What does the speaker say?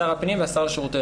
שר הפנים והשר לשירותי דת.